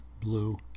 blue